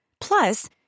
Plus